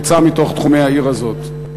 יצא מתוך תחומי העיר הזאת: